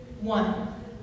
One